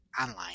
online